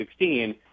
2016